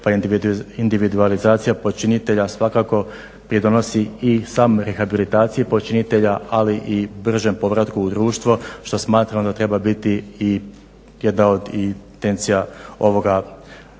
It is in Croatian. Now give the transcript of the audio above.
pa individualizacija počinitelja svakako pridonosi i samu rehabilitaciju počinitelja ali i bržem povratku u društvo što smatram da treba biti i jedna od intencija ovoga Zakona.